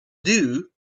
dew